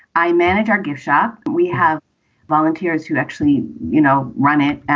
i manage our gift shop. we have volunteers who actually, you know, run it.